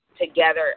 together